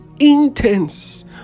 intense